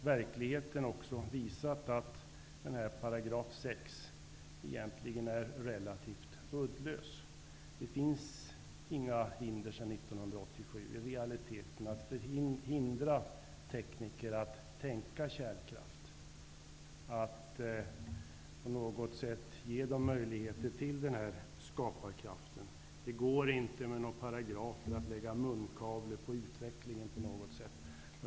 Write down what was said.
Verkligheten har visat att 6 § egentligen är relativt uddlös. Efter 1987 finns det i realiteten inget som hindrar tekniker att ''tänka kärnkraft'' och heller inget som på något sätt verkar hindrande avseende möjligheterna när det gäller den här skaparkraften. Det går inte att genom paragrafer lägga munkavle på utvecklingen.